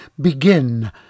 Begin